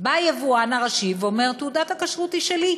בא היבואן הראשי ואומר: תעודת הכשרות היא שלי.